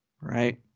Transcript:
Right